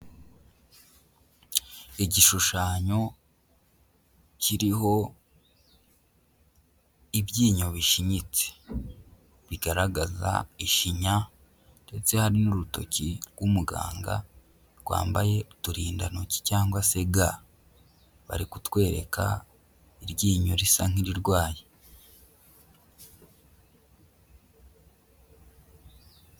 Igishushanyo kiriho ibyinyo bishinyitse, bigaragaza ishinya ndetse hari n'urutoki rw'umuganga rwambaye uturindantoki cyangwa se ga, bari kutwereka iryinyo risa nk'irirwaye.